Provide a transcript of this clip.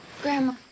Grandma